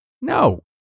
No